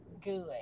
good